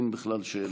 אין בכלל שאלה.